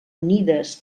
unides